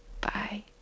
bye